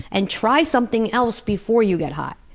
and try something else before you get high.